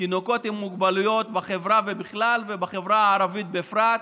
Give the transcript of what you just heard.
תינוקות עם מוגבלויות בחברה ובכלל ובחברה הערבית בפרט.